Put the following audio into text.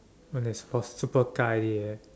oh that's for super car already eh